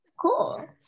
Cool